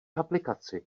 aplikaci